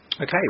Okay